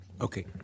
Okay